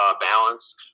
balance